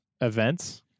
events